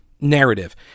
Narrative